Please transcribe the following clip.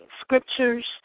scriptures